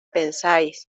pensáis